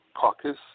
Caucus